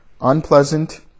unpleasant